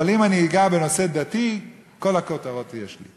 אבל אם אני אגע בנושא דתי, כל הכותרות יהיו שם.